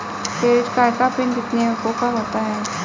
Credit card का PIN कितने अंकों का होता है?